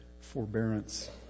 forbearance